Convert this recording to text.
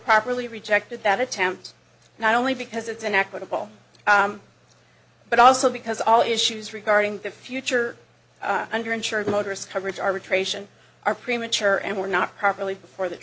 properly rejected that attempt not only because it's an equitable but also because all issues regarding the future under insured motorists coverage arbitration are premature and were not properly before the